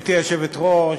גברתי היושבת-ראש,